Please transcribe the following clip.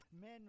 Men